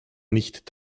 nicht